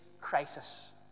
crisis